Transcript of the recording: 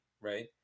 Right